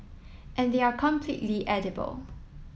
and they are completely edible